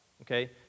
okay